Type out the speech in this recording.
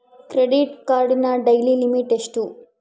Credit ಕಾರ್ಡಿನ daily limit ಎಷ್ಟು?